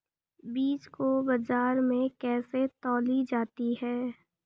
बीज को बाजार में कैसे तौली जाती है?